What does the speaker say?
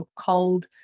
cold